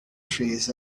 trees